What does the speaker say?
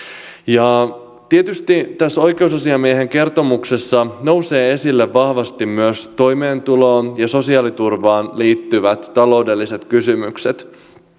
tietysti tässä oikeusasiamiehen kertomuksessa nousevat esille vahvasti myös toimeentuloon ja sosiaaliturvaan liittyvät taloudelliset kysymykset